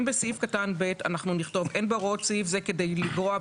אם בסעיף קטן (ב) נכתוב: אין בהוראות סעיף זה כדי לגרוע,